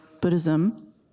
Buddhism